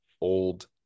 old